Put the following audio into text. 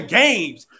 games